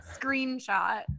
screenshot